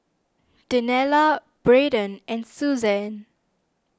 Daniela Braedon and Suzan